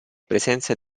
presenza